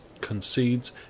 concedes